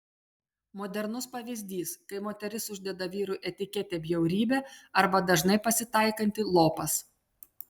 modernus pavyzdys kai moteris uždeda vyrui etiketę bjaurybė arba dažnai pasitaikantį lopas